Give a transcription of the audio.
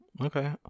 okay